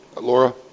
Laura